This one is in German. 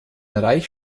reich